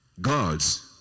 Gods